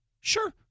Sure